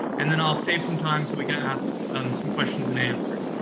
and then i'll save some time to again ask and some questions and answers.